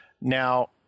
now